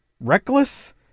reckless